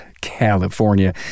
California